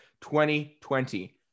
2020